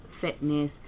fitness